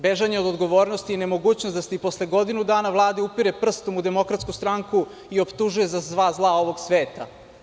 Bežanje od odgovornosti i nemogućnost da se i posle godinu dana Vlade upire prstom u Demokratsku stranku i optužuje za sva zla ovog sveta.